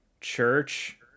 church